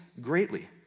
greatly